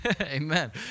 Amen